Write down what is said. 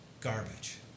garbage